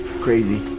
Crazy